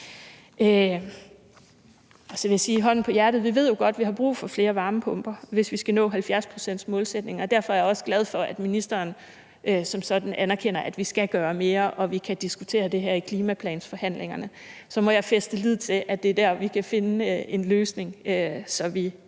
vil jeg sige, at vi jo godt ved, at vi har brug for flere varmepumper, hvis vi skal nå 70-procentsmålsætningen, og derfor er jeg også glad for, at ministeren som sådan anerkender, at vi skal gøre mere. Og vi kan diskutere det her i klimaplansforhandlingerne. Så må jeg fæste lid til, at det er der, vi kan finde en løsning, så vi